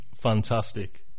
fantastic